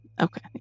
okay